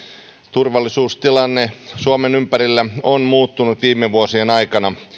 turvallisuustilanne suomen ympärillä on muuttunut viime vuosien aikana